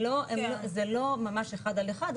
זה לא ממש אחד על אחד,